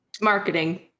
marketing